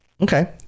Okay